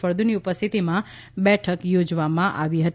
ફળદુની ઉપસ્થિતીમાં બેઠક યોજવામાં આવી હતી